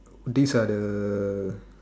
this are the